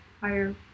higher